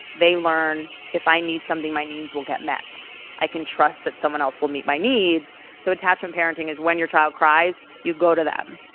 they learn if i need something, my needs will get me i can trust that someone else will meet my needs. so attachment parenting is when your child cries, you go to them.